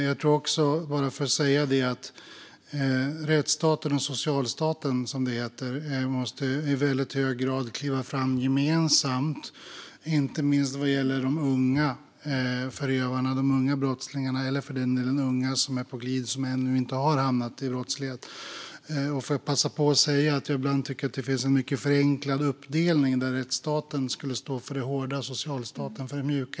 Jag tror också - bara för att säga det - att rättsstaten och socialstaten, som det heter, i väldigt hög grad måste kliva fram gemensamt, inte minst vad gäller de unga förövarna och brottslingarna eller för den delen unga på glid som ännu inte har hamnat i brottslighet. Jag måste passa på att säga att jag tycker att det ibland finns en förenklad uppdelning där rättsstaten skulle stå för det hårda och socialstaten för det mjuka.